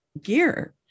gear